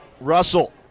Russell